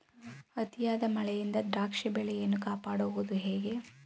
ಅತಿಯಾದ ಮಳೆಯಿಂದ ದ್ರಾಕ್ಷಿ ಬೆಳೆಯನ್ನು ಕಾಪಾಡುವುದು ಹೇಗೆ?